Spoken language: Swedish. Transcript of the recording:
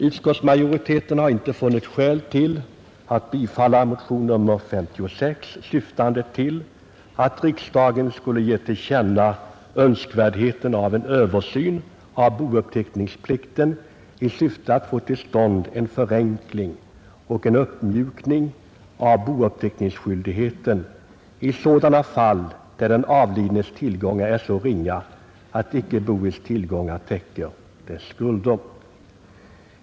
Utskottsmajoriteten har inte funnit skäl att bifalla motionen 56, syftande till att riksdagen skulle ge till känna önskvärdheten av en översyn av bouppteckningsplikten i syfte att få till stånd en förenkling och uppmjukning av bouppteckningsskyldigheten i sådana fall där den avlidnes tillgångar är så ringa att icke boets tillgångar täcker dess skulder.